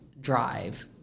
drive